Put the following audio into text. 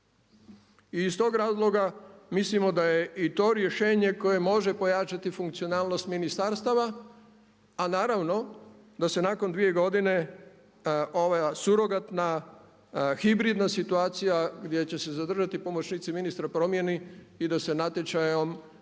I iz tog razloga mislimo da je i to rješenje koje može pojačati funkcionalnost ministarstava, a naravno da se nakon dvije godine ova surogatna, hibridna situacija gdje će se zadržati pomoćnici ministra promijeni i da se natječajem izaberu